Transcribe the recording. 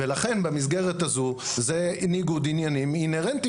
לכן במסגרת הזו זה ניגוד עניין אינהרנטי